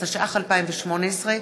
התשע"ח 2018,